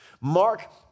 Mark